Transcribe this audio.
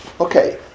okay